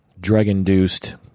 drug-induced